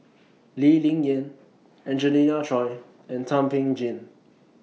Lee Ling Yen Angelina Choy and Thum Ping Tjin